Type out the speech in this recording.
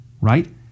right